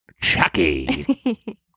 Chucky